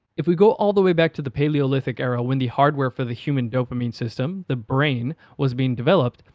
if we go all the way back to the paleolithic era when the hardware for the human dopamine system the brain was being developed,